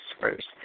first